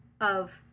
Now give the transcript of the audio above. of-